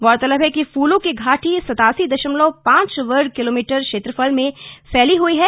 गौरतलब है कि फूलों की घाटी सतासी दशमलव पांच वर्ग किलोमीटर क्षेत्रफल मे फैली हुई है